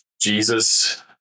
Jesus